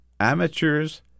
amateurs